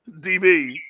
DB